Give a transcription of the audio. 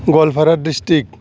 Goalpara district